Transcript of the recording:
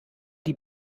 die